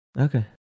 Okay